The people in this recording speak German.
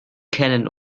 kennen